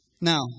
Now